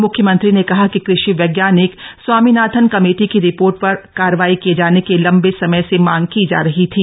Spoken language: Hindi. म्ख्यमंत्री ने कहा कि कृषि वैज्ञानिक स्वामीनाथन कमेटी की रिपोर्ट पर कार्यवाही किये जाने की लम्बे समय से मांग की जा रही थी